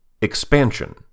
Expansion